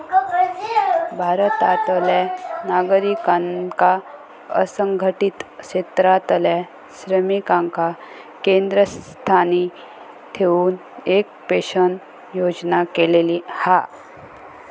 भारतातल्या नागरिकांका असंघटीत क्षेत्रातल्या श्रमिकांका केंद्रस्थानी ठेऊन एक पेंशन योजना केलेली हा